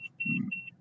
mm